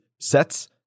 sets